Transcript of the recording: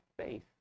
faith